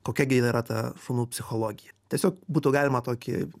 kokia gi yra ta šunų psichologiją tiesiog būtų galima tokį